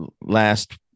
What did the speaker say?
last